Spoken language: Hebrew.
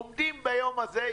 עומדים ביום הזה,